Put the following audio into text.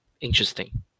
interesting